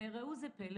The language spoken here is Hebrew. וראו זה פלא,